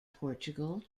portugal